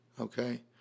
Okay